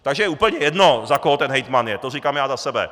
Takže je úplně jedno, za koho ten hejtman je, to říkám já za sebe.